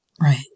Right